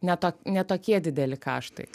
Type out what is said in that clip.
ne to ne tokie dideli kaštai